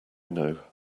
know